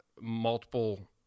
multiple